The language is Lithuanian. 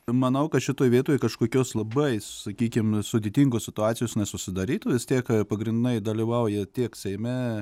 manau kad šitoj vietoj kažkokios labai sakykim sudėtingos situacijos nesusidarytų vis tiek pagrindinai dalyvauja tiek seime